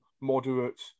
moderate